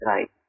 Right